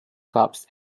clubs